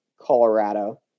Colorado